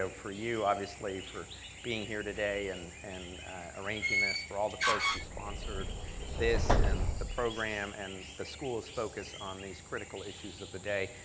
for you, obviously, for being here today, and and arranging this. for all the folks who sponsored this, and the program, and the school's focus on these critical issues of the day,